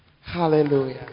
Hallelujah